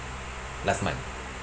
last month